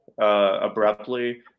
abruptly